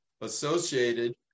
associated